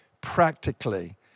practically